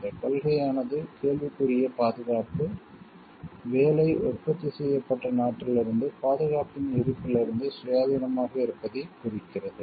இந்த கொள்கையானது கேள்விக்குரிய பாதுகாப்பு வேலை உற்பத்தி செய்யப்பட்ட நாட்டிலிருந்து பாதுகாப்பின் இருப்பிலிருந்து சுயாதீனமாக இருப்பதைக் குறிக்கிறது